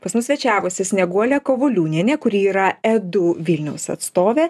pas mus svečiavosi snieguolė kavoliūnienė kuri yra edu vilniaus atstovė